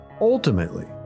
ultimately